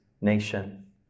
nation